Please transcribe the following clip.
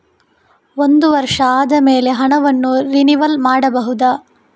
ಒಂದು ವರ್ಷ ಆದಮೇಲೆ ಹಣವನ್ನು ರಿನಿವಲ್ ಮಾಡಬಹುದ?